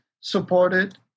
supported